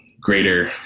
greater